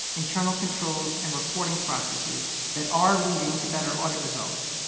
internal controls and reporting processes that are leading to better audit results.